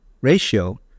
ratio